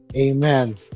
amen